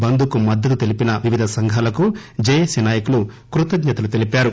బంద్ కు మద్దతు తెలిపిన వివిధ సంఘాలకు జేఏసీ నాయకులు కృతజ్నతలు తెలిపారు